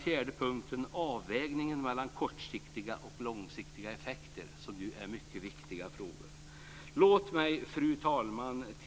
4 avvägningen mellan kortsiktiga och långsiktiga effekter, som ju är mycket viktiga frågor. Fru talman!